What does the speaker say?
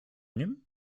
nim